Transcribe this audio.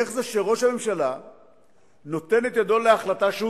איך זה שראש הממשלה נותן את ידו להחלטה שהוא